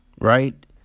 right